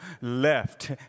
left